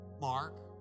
Mark